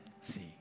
see